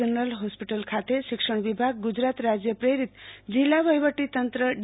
general hospital ખાતે શિક્ષણ વિભાગ ગુજરાત રાજય પ્રેરીત જિલ્લા વહીવટી તંત્ર ડી